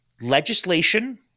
legislation